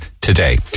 today